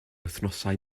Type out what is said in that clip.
wythnosau